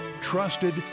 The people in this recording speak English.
Trusted